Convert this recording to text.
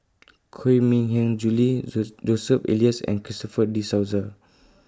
Koh Mui Hiang Julie Jos Joseph Elias and Christopher De Souza